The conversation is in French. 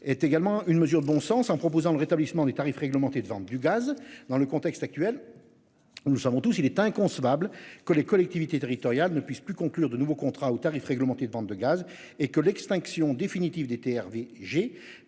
est également une mesure de bon sens en proposant le rétablissement des tarifs réglementés de vente du gaz dans le contexte actuel. Nous savons tous. Il est inconcevable que les collectivités territoriales ne puisse plus conclure de nouveaux contrats au tarif réglementé de vente de gaz et que l'extinction définitive des TRV.